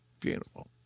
beautiful